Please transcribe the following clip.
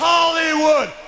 Hollywood